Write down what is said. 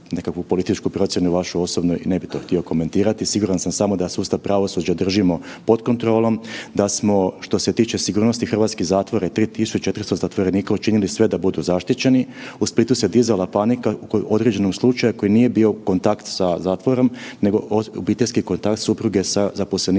pod kontrolom, da smo što se tiče sigurnosti hrvatskih zatvora i 3.300 zatvorenika učinili sve da budu zaštićeni. U Splitu se dizala panika kod određenog slučaja koji nije bio kontakt sa zatvorom, nego obiteljski kontakt supruge sa zaposlenikom